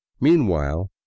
meanwhile